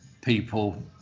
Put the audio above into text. people